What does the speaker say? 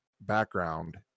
background